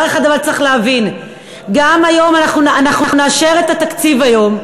אבל צריך להבין דבר אחד: אנחנו נאשר את התקציב היום.